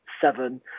seven